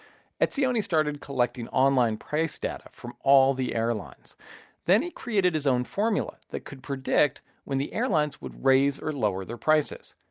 etzioni started collecting online price data from all the airlines then he created his own formula that could predict when the airlines would raise or lower their prices.